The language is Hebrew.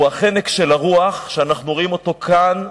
הוא החנק של הרוח, שאנחנו רואים אותו כאן,